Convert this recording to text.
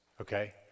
Okay